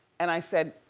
and i said,